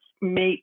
make